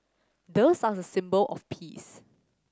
doves are the symbol of peace